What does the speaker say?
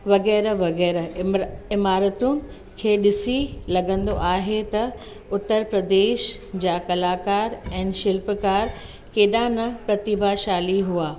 वग़ैरह वग़ैरह इमरा इमारतुनि खे ॾिसी लॻंदो आहे त उत्तर प्रदेश जा कलाकार ऐंड शिल्पकार केॾा न प्रतिभाशाली हुआ